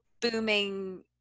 booming